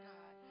God